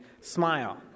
smile